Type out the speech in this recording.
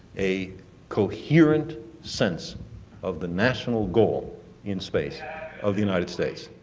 a coherent sense of the national goal in space of the united states.